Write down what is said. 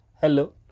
Hello